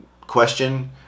question